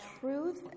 truth